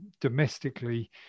domestically